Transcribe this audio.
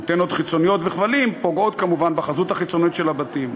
אנטנות חיצוניות וכבלים פוגעים כמובן בחזות החיצונית של הבתים.